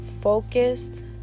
focused